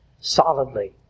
solidly